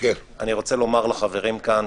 אני רוצה לומר לחברים כאן,